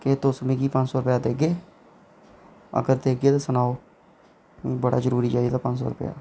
के केह् तुस मिगी पंज सौ रपेआ देगे अगर देगे ते सनाओ बड़ा जरूरी चाहिदा पंज सौ रपेआ